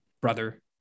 Brother